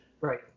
Right